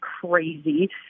crazy